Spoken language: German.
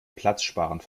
platzsparend